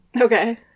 Okay